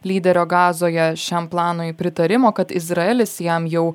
lyderio gazoje šiam planui pritarimo kad izraelis jam jau